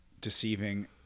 deceiving